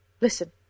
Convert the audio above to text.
Listen